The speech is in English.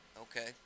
Okay